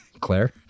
Claire